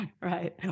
right